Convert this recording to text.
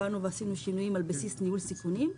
למעשה עשינו שינויים על בסיס ניהול סיכונים,